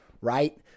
right